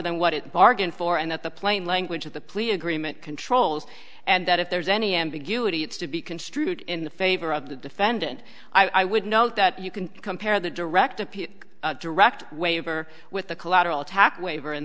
than what it bargained for and that the plain language of the plea agreement controls and that if there's any ambiguity it's to be construed in the favor of the defendant i would note that you can compare the direct appeal direct waiver with the collateral attack waiver in